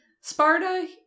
Sparta